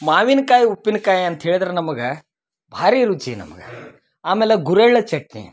ಮಾವಿನ್ಕಾಯಿ ಉಪ್ಪಿನ್ಕಾಯಿ ಅಂತ ಹೇಳಿದ್ರ ನಮಗೆ ಭಾರಿ ರುಚಿ ನಮ್ಗೆ ಆಮೇಲೆ ಗುರೇಳ್ಳ ಚಟ್ನಿ